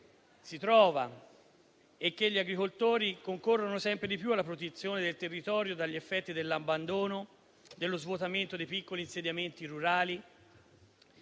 fatto che gli agricoltori concorrono sempre di più alla protezione del territorio dagli effetti dell'abbandono, dallo svuotamento dei piccoli insediamenti rurali